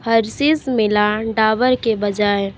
Hershey's मिला डाबर के बजाय